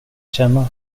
känna